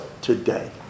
today